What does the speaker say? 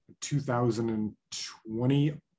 2020